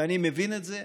ואני מבין את זה.